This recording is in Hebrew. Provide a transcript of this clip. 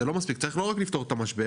צריך לא רק לפתור את המשבר,